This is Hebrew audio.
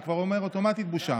אני כבר אומר אוטומטית, בושה.